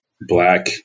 black